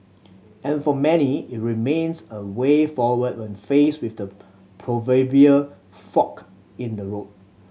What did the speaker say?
and for many it remains a way forward when faced with the proverbial fork in the road